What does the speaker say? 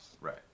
right